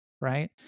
right